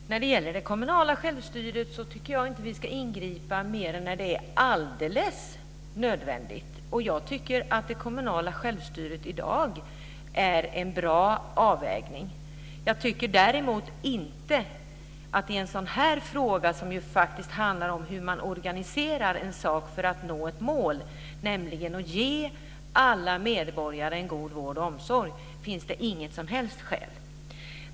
Fru talman! När det gäller det kommunala självstyret tycker jag inte att vi ska ingripa mer än när det är alldeles nödvändigt. Jag tycker att det kommunala självstyret i dag är en bra avvägning. I en sådan här fråga, som handlar om hur man organiserar en sak för att nå ett mål, nämligen att ge alla medborgare en god vård och omsorg, tycker jag däremot inte att det finns något som helst skäl.